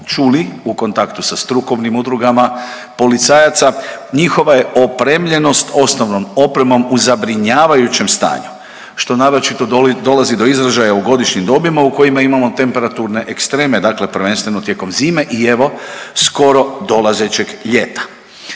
čuli u kontaktu sa strukovnim udrugama policajaca njihova je opremljenost osnovnom opremom u zabrinjavajućem stanju što naročito dolazi do izražaja u godišnjim dobima u kojima imamo temperaturne ekstreme dakle prvenstveno tijekom zime i evo skoro dolazećeg ljeta.